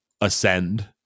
Ascend